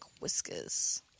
whiskers